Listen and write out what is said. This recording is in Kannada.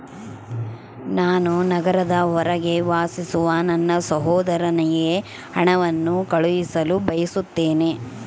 ನಾನು ನಗರದ ಹೊರಗೆ ವಾಸಿಸುವ ನನ್ನ ಸಹೋದರನಿಗೆ ಹಣವನ್ನು ಕಳುಹಿಸಲು ಬಯಸುತ್ತೇನೆ